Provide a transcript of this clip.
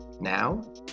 Now